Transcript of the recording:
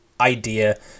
idea